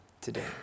today